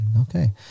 Okay